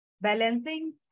balancing